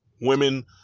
women